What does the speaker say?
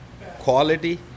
quality